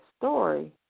story